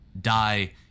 die